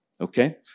okay